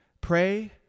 Pray